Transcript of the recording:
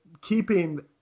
keeping